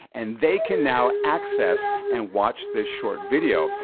and they can now access and watch this short video.